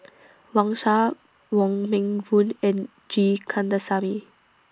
Wang Sha Wong Meng Voon and G Kandasamy